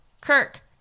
Kirk